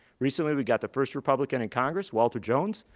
recently we got the first republican in congress, walter jones,